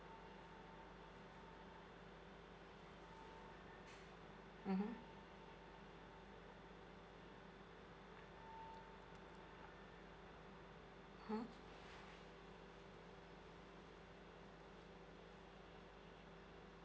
mmhmm hmm